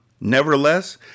Nevertheless